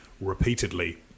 repeatedly